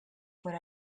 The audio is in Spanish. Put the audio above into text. por